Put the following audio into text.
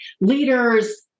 leaders